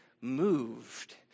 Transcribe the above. moved